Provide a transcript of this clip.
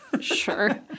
sure